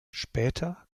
später